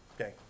okay